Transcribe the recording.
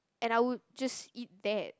and I would just eat that